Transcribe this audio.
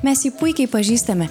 mes jį puikiai pažįstame